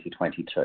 2022